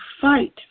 fight